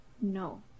No